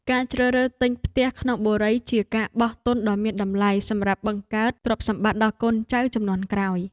ការជ្រើសរើសទិញផ្ទះក្នុងបុរីជាការបោះទុនដ៏មានតម្លៃសម្រាប់បង្កើតទ្រព្យសម្បត្តិដល់កូនចៅជំនាន់ក្រោយ។